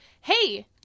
hey